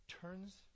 turns